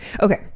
Okay